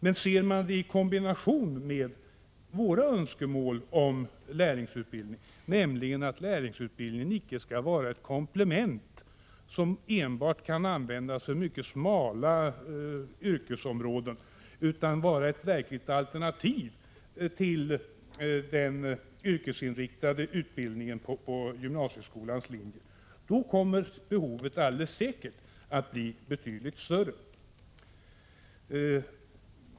Men ser man det hela i kombination med våra önskemål om lärlingsutbildning, nämligen att den icke skall vara ett komplement som enbart kan användas för mycket smala yrkesområden utan vara ett verkligt alternativ till den yrkesinriktade utbildningen på gymnasieskolans linje, kommer behovet alldeles säkert att bli betydligt större.